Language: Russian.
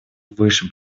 высшим